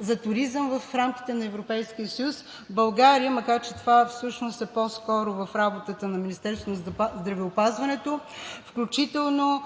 за туризъм в рамките на Европейския съюз България, макар че това всъщност е по-скоро в работата на Министерството на здравеопазването, включително